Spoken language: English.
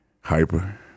hyper